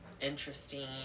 interesting